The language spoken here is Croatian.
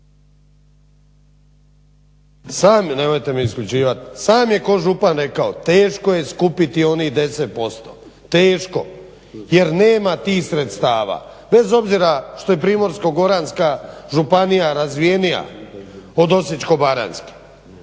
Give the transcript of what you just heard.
Sam je ko župan rekao teško je skupiti onih 10%, teško jer nema tih sredstava. Bez obzira što je Primorsko-goranska županija razvijenija od Osječko-baranjske.